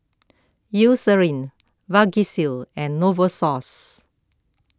Eucerin Vagisil and Novosource